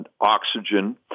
oxygen